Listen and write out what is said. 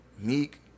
Meek